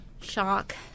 shock